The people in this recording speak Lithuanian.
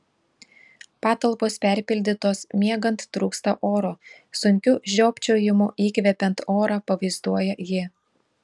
patalpos perpildytos miegant trūksta oro sunkiu žiopčiojimu įkvepiant orą pavaizduoja ji